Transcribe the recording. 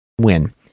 Win